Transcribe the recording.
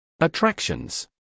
Attractions